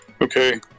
Okay